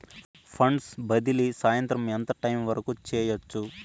funds బదిలీ సాయంత్రం ఎంత టైము వరకు చేయొచ్చు